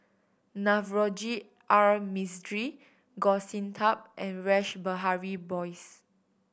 Navroji R Mistri Goh Sin Tub and Rash Behari Bose